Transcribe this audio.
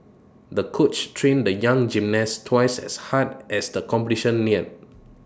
the coach trained the young gymnast twice as hard as the competition neared